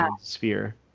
sphere